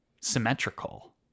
symmetrical